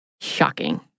shocking